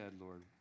Lord